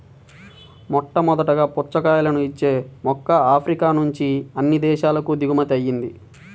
మొట్టమొదటగా పుచ్చకాయలను ఇచ్చే మొక్క ఆఫ్రికా నుంచి అన్ని దేశాలకు దిగుమతి అయ్యింది